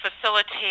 facilitate